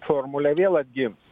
formulė vėl atgims